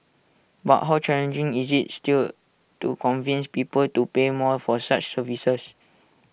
but how challenging is IT still to convince people to pay more for such services